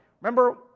Remember